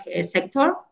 sector